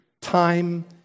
time